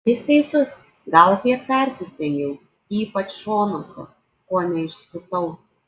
jis teisus gal kiek persistengiau ypač šonuose kone išskutau